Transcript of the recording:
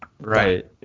Right